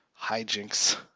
hijinks